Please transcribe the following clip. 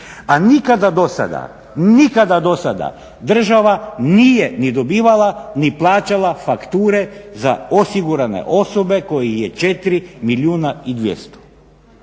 osiguranju. A nikada do sada država nije ni dobivala ni plaćala fakture za osigurane osobe kojih je 4 milijuna i 200.